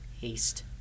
Haste